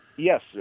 Yes